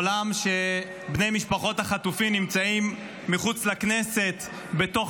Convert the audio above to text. עולם שבו בני משפחות החטופים נמצאים מחוץ לכנסת בתוך